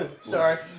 sorry